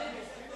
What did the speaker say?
מייד